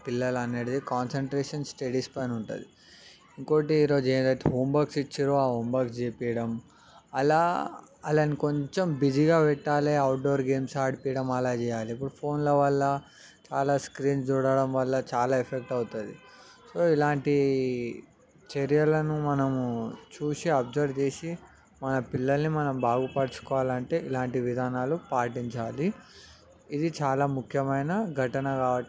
పిల్లలనేటిది concentration studies పైనుంటుంది ఇంకొకటి ఇంకోటి రోజేదైతే హోమ్వర్క్స్ ఇచ్చారో ఆ హోమ్వర్క్ చేపియడం అలా వాళ్ళని కొంచెం బిజీగా పెట్టాలి అవుట్డోర్ గేమ్స్ ఆడిపించడం అలా చేయాలి ఇప్పుడు ఫోన్ల వల్ల చాలా స్క్రీన్స్ చూడడం వల్ల చాలా ఎఫెక్ట్ అవుతుంది సో ఇలాంటి చర్యలను మనము చూసి అబ్జర్వ్ చేసి మన పిల్లల్ని మనం బాగుపరచుకోవాలంటే ఇలాంటి విధానాలు పాటించాలి ఇది చాలా ముఖ్యమైన ఘటన కాబట్టి